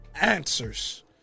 answers